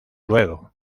luego